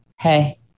hey